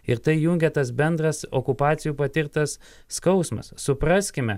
ir tai jungia tas bendras okupacijų patirtas skausmas supraskime